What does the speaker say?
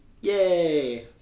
Yay